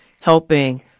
Helping